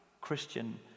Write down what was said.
Christian